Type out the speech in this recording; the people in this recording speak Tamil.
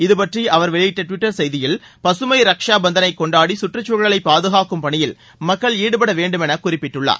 இது பற்றி அவர் வெளியிட்ட டிவிட்டர் செய்தியில் பகமை ரக்ஷா பந்தனை கொண்டாடி சுற்றுச்சூழலை பாதுகாக்கும் பணியில் மக்கள் ஈடுபட வேண்டும் என குறிப்பிட்டுள்ளார்